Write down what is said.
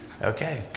okay